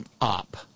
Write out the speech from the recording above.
up